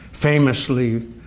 Famously